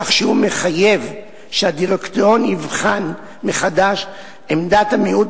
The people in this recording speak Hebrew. כך שהוא מחייב שהדירקטוריון יבחן מחדש את עמדת המיעוט